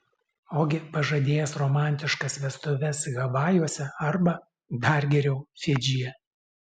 ogi pažadėjęs romantiškas vestuves havajuose arba dar geriau fidžyje